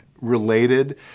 related